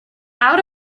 out